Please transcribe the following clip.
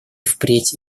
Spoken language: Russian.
впредь